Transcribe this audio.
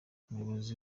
umuyobozi